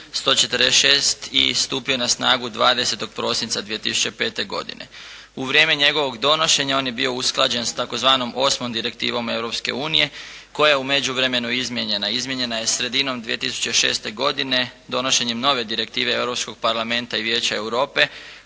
146 i stupio je na snagu 20. prosinca 2005. godine. U vrijeme njegovog donošenja on je bio usklađen s tzv. Osmom direktivom Europske unije koja je u međuvremenu izmijenjena, izmijenjena je sredinom 2006. godine donošenjem nove direktive Europskog